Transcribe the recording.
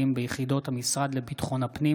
ישיבה ו' הישיבה השישית של הכנסת העשרים-וחמש יום שני,